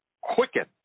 quicken